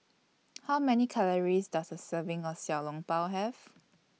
How Many Calories Does A Serving of Xiao Long Bao Have